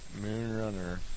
Moonrunner